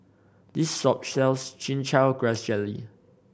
this shop sells Chin Chow Grass Jelly